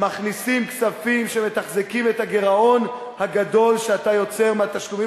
מכניסים כספים שמתחזקים את הגירעון הגדול שאתה יוצר מהתשלומים